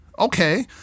Okay